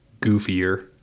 goofier